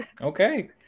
Okay